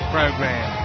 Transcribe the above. Program